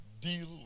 Deal